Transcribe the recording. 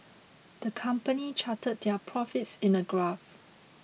the company charted their profits in a graph